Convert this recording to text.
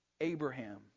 Abraham